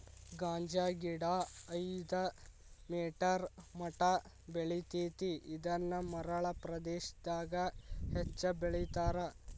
ಗಾಂಜಾಗಿಡಾ ಐದ ಮೇಟರ್ ಮಟಾ ಬೆಳಿತೆತಿ ಇದನ್ನ ಮರಳ ಪ್ರದೇಶಾದಗ ಹೆಚ್ಚ ಬೆಳಿತಾರ